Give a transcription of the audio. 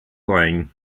flying